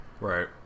Right